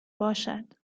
باشد